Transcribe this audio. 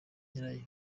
nyirayo